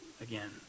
again